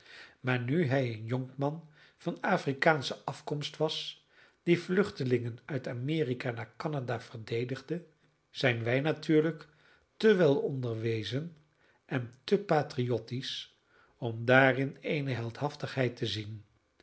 maar nu hij een jonkman van afrikaansche afkomst was die vluchtelingen uit amerika naar canada verdedigde zijn wij natuurlijk te wel onderwezen en te patriotsch om daarin eene heldhaftigheid te zien